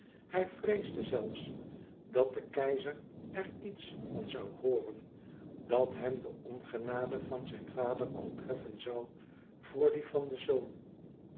hij vreesde zelfs dat de keizer er iets van zoû hooren dat hem de ongenade van den vader al treffen zoû voor die van den zoon